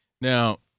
Now